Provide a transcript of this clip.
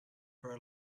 for